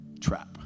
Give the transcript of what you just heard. trap